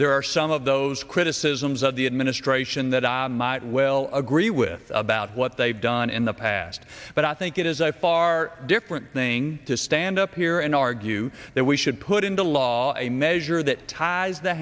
there are some of those criticisms of the administration that i might well agree with about what they've done in the past but i think it is a far different thing to stand up here and argue that we should put into law a measure that ties the